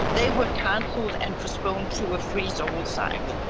they were cancelled and postponed to a freeze-all cycle.